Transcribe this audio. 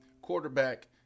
Quarterback